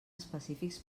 específics